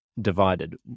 divided